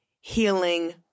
healing